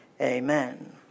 Amen